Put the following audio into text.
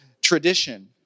tradition